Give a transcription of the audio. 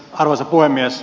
arvoisa puhemies